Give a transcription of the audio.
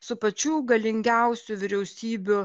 su pačių galingiausių vyriausybių